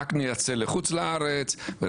רק נייצא לחוץ לארץ.